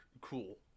cool